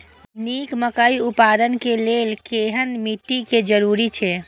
निक मकई उत्पादन के लेल केहेन मिट्टी के जरूरी छे?